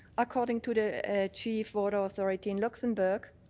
according to the chief water authority in luxembourg,